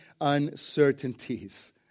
uncertainties